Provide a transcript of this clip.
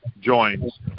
joins